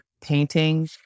painting